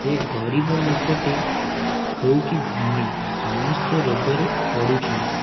ସେ ଗରିବ ଲୋକଟେ ହେଉ କି ଧନୀ ସମସ୍ତେ ରୋଗରେ ପଡ଼ୁଛନ୍ତି